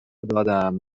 دادم